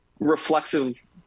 reflexive